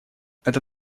это